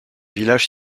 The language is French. village